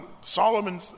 Solomon